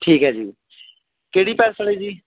ਠੀਕ ਹੈ ਜੀ ਕਿਹੜੀ ਪੈਲਸ ਵਾਲੇ ਜੀ